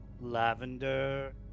Lavender